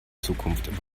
zukunft